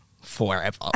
forever